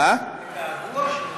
בגעגוע?